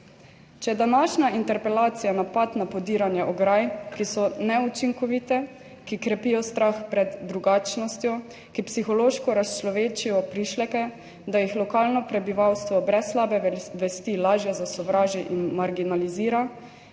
Če je današnja interpelacija napad na podiranje ograj, ki so neučinkovite, ki krepijo strah pred drugačnostjo, ki psihološko razčlovečijo prišleke, da jih lokalno prebivalstvo brez slabe vesti lažje zasovraži in marginalizira,